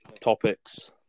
topics